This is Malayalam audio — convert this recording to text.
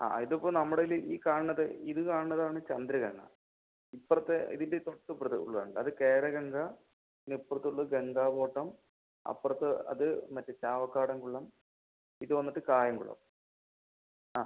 ആ ആ ഇത് ഇപ്പോൾ നമ്മടേല് ഈ കാണണത് ഇത് കാണണത് ആണ് ചന്ദ്രകണ ഇപ്പുറത്ത് ഇതിൻ്റ ഇപ്പുറത്ത് ബ്രദർ പുൾ ആണുട്ടൊ അത് കേരഗംഗ പിന്ന ഇപ്പുറത്ത് ഇള്ളത് ഗംഗാ ബോട്ടം ആപ്പുറത്ത് അത് മറ്റെ ചാവക്കാടൻ കുള്ളൻ ഇത് വന്നിട്ട് കായംകുളം ആ